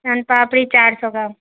سن پاپڑی چار سو کا